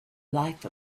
life